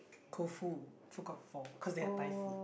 Koufu food court four cause they had Thai food